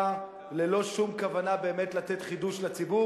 ללא שום כוונה באמת לתת חידוש לציבור.